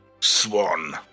Swan